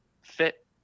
fit